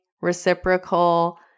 reciprocal